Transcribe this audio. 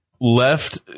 left